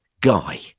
Guy